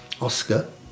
Oscar